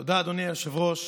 תודה, אדוני היושב-ראש.